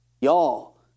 Y'all